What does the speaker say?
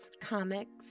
comics